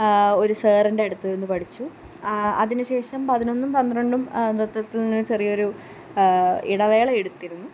ഒരു സാറിന്റെ അടുത്ത് നിന്നു പഠിച്ചു ആ അതിനുശേഷം പതിനൊന്നും പന്ത്രണ്ടും നൃത്തത്തില് നിന്നും ചെറിയൊരു ഇടവേള എടുത്തിരുന്നു